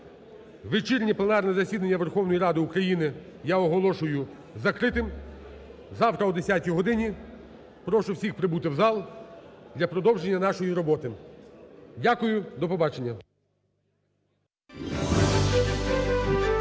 Вечірнє пленарне засідання Верховної Ради України я оголошую закритим. Завтра о 10-й годині прошу всіх прибути в зал для продовження нашої роботи. Дякую. До побачення.